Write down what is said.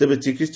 ତେବେ ଚିକିସ୍